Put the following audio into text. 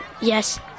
Yes